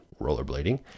rollerblading